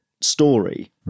story